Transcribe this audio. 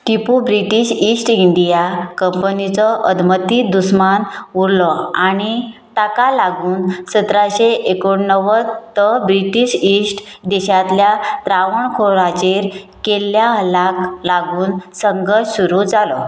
Tipu British East India कंपनीचो अदमती दुस्मान उरलो आनी ताका लागून सतराशें एकुण णव्वदत ब्रिटीश इश्ट देशांतल्या त्रावणकोराचेर केल्ल्या हल्ल्याक लागून संघर्श सुरू जालो